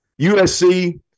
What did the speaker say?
USC